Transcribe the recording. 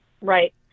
Right